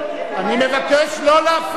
אני מבקש לא להפעיל